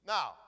Now